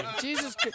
Jesus